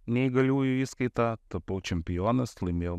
neįgaliųjų įskaita tapau čempionas laimėjau